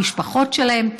המשפחות שלהם.